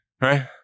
right